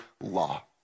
law